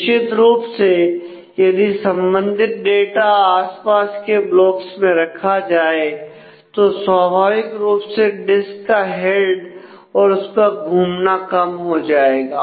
निश्चित रूप से यदि संबंधित डाटा आसपास के ब्लॉक्स में रखा जाए तो स्वाभाविक रूप से डिस्क का हेड और उसका घूमना कम हो जाएगा